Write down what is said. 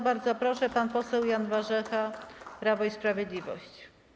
Bardzo proszę, pan poseł Jan Warzecha, Prawo i Sprawiedliwość.